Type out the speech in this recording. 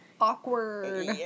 Awkward